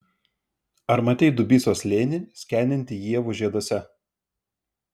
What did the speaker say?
ar matei dubysos slėnį skendintį ievų žieduose